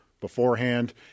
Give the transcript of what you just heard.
beforehand